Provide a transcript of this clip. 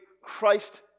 Christ